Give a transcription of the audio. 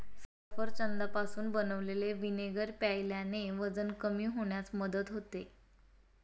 सफरचंदापासून बनवलेले व्हिनेगर प्यायल्याने वजन कमी होण्यास मदत होते